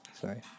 sorry